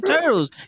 Turtles